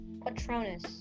Patronus